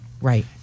right